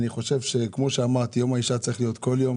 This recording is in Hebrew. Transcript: אני חושב שיום האישה צריך להיות כל יום